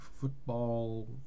football